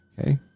Okay